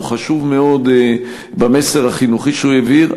הוא חשוב מאוד במסר החינוכי שהוא העביר,